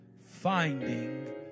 finding